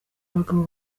abagabo